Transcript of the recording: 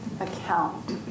account